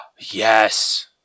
Yes